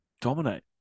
dominate